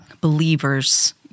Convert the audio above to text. believers